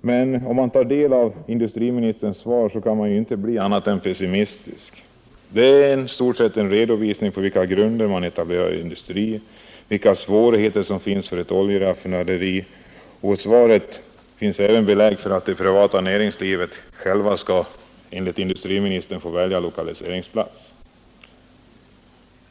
Men när man tar del av industriministerns svar kan man inte bli annat än pessimistisk. Det är i stort sett en redovisning av på vilka grunder man etablerar industri och vilka svårigheter som finns för ett oljeraffinaderi. I svaret finns även belägg för att det privata näringslivet självt skall få välja lokaliseringsplats.